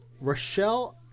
Rochelle